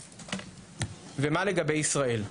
ומה לגבי ישראל?